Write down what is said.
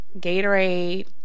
Gatorade